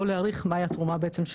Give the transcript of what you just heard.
או להעריך מהי התרומה בעצם,